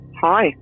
Hi